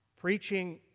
Preaching